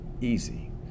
easy